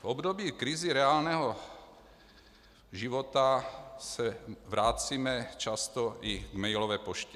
K období krizí reálného života se vracíme často i v mailové poště.